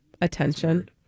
Attention